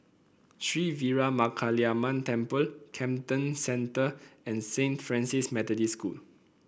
Sri Veeramakaliamman Temple Camden Centre and Saint Francis Methodist School